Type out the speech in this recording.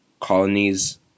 colonies